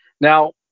Now